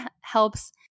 helps